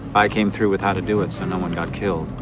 i came through with how to do it so no one got killed.